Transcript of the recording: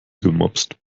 gemopst